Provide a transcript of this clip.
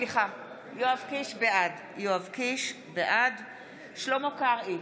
בעד שלמה קרעי,